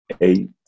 eight